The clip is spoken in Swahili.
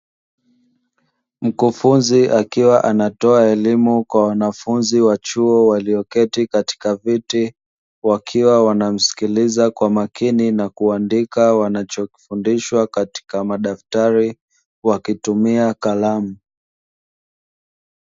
Mkufunzi akiwa anatoa elimu kwa wanafunzi wa chuo walioketi katika viti, wakiwa wanamsikiliza kwa makini na kuandika wanachofundishwa kwenye madaftari wakitumia kalamu.